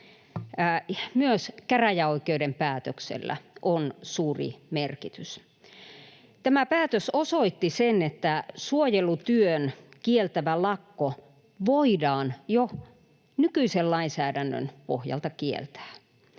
myös käräjäoikeuden päätöksellä on suuri merkitys. Tämä päätös osoitti sen, että suojelutyön kieltävä lakko voidaan jo nykyisen lainsäädännön pohjalta kieltää.